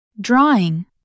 Drawing